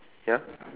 ya